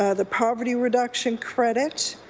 ah the poverty reduction credit,